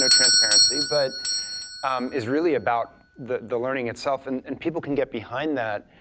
so transparency, but is really about the the learning itself and and people can get behind that.